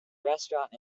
restaurant